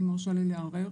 היא מרשה לי לערער,